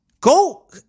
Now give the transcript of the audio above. Go